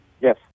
Yes